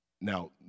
Now